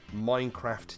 Minecraft